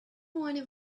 wanted